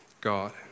God